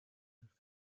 hilfe